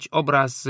obraz